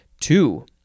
Two